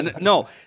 No